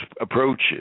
approaches